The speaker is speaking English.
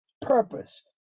purpose